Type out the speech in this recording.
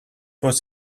was